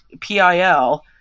PIL